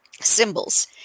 symbols